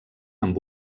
amb